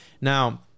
Now